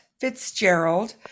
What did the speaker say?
Fitzgerald